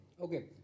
Okay